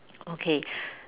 okay